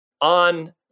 on